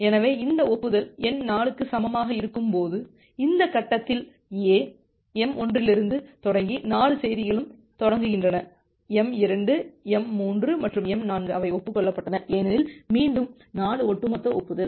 எனவே இந்த ஒப்புதல் எண் 4 க்கு சமமாக இருக்கும்போது இந்த கட்டத்தில் A m1 இலிருந்து தொடங்கி 4 செய்திகளும் தொடங்குகின்றன m2 m3 மற்றும் m4 அவை ஒப்புக் கொள்ளப்பட்டன ஏனெனில் மீண்டும் 4 ஒட்டுமொத்த ஒப்புதல்